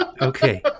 okay